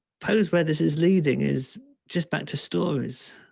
suppose where this is leading is just back to stores.